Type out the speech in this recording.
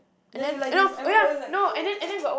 ya you like this I remember it was like